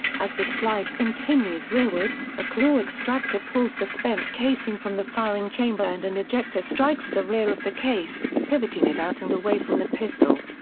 as the slide continues rearward, a claw extractor pulls the spent casing from the firing chamber and an ejector strikes the rear of the case, pivoting it out and away from the pistol.